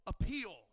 appeal